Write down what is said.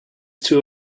too